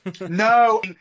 No